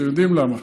אתם יודעים למה,